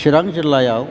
चिरां जिल्लायाव